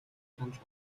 санал